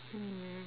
mm